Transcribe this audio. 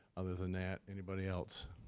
other than that, anybody else?